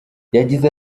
yagize